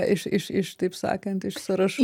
iš iš iš taip sakant iš sąrašų